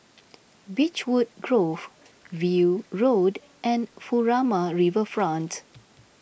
Beechwood Grove View Road and Furama Riverfront